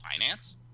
finance